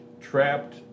trapped